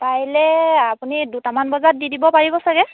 কাইলৈ আপুনি দুটামান বজাত দি দিব পাৰিব চাগে